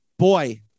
Boy